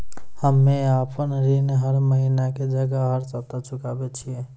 हम्मे आपन ऋण हर महीना के जगह हर सप्ताह चुकाबै छिये